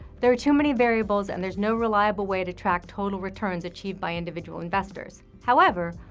there are too many variables, and there's no reliable way to track total returns achieved by individual investors. however,